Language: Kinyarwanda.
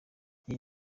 iyi